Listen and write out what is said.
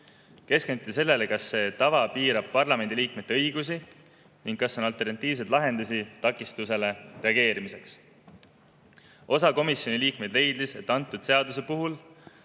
Keskenduti sellele, kas see tava piirab parlamendi liikmete õigusi ning kas on alternatiivseid lahendusi takistusele reageerimiseks. Osa komisjoni liikmeid leidis, et antud seaduse puhul